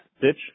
ditch